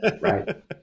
Right